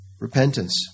repentance